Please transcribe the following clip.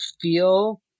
feel